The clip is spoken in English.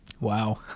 Wow